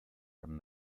from